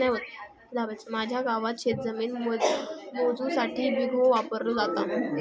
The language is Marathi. माझ्या गावात शेतजमीन मोजुसाठी बिघो वापरलो जाता